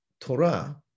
Torah